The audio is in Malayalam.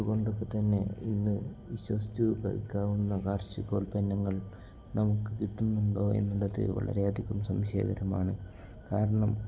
അതുകൊണ്ടൊക്കെത്തന്നെ ഇന്നു വിശ്വസിച്ചുകഴിക്കാവുന്ന കാർഷികോൽപ്പന്നങ്ങൾ നമുക്കു കിട്ടുന്നുണ്ടോ എന്നുള്ളതു വളരെയധികം സംശയകരമാണ് കാരണം